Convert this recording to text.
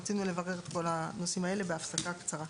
רצינו לברר את כל הנושאים האלה בהפסקה קצרה.